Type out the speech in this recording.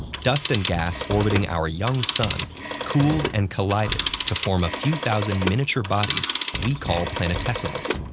dust and gas orbiting our young sun cooled and collided to form a few thousand miniature bodies we call planetesimals.